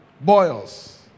Boils